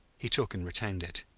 he took and retained it.